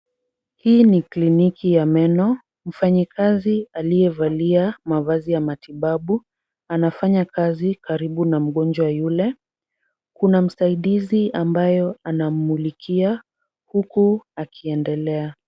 Hii ni kliniki ya meno. Mfanyikazi aliyevalia mavazi ya matibabu anafanya kazi karibu na mgonjwa yule. Kuna msaidizi ambayo anammulikia huku akiendelea.